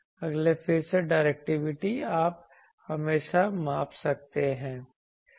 अगले फिर से डायरेक्टिविटी आप हमेशा माप सकते हैं